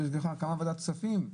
כמה ועדת כספים,